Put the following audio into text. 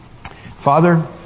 Father